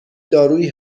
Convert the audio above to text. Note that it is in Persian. دارویی